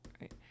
Right